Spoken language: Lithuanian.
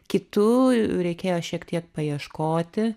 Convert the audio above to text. kitų reikėjo šiek tiek paieškoti